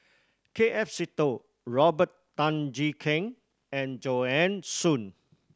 K F Seetoh Robert Tan Jee Keng and Joanne Soo